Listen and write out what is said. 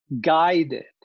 guided